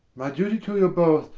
my dutie to you both,